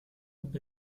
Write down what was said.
abbia